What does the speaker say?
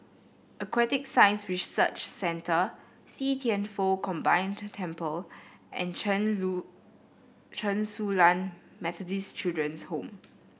Aquatic Science Research Centre See Thian Foh Combined Temple and Chen Lu Chen Su Lan Methodist Children's Home